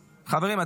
חברים,